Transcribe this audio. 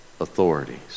authorities